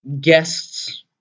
guests